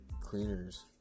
cleaners